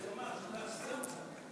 חבר הכנסת זאב,